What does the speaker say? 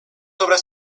obras